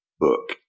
book